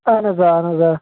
اہن حظ آ اہن حظ آ